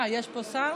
יש פה שר?